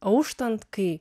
auštant kai